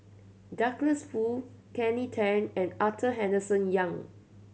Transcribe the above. Douglas Foo Kelly Tang and Arthur Henderson Young